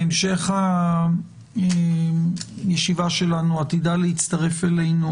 בהמשך הישיבה שלנו עתידה להצטרף אלינו